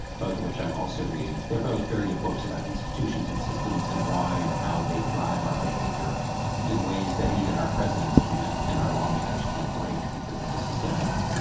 both of which i'm also reading. they're both very good books about institutions and systems and why and how they drive our behavior in ways that even our presidents can't and our lawmakers can't break because of the systemic